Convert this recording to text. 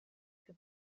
più